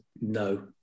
No